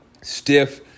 stiff